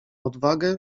odwagę